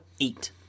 eight